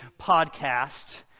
podcast